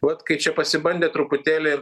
vat kai čia pasibandė truputėlį